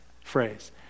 phrase